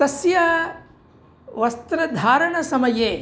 तस्या वस्त्रधारणसमये